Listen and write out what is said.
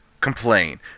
complain